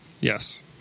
yes